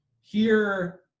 here-